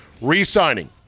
re-signing